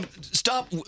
Stop